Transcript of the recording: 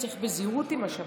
צריך בזהירות עם השב"כ.